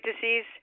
disease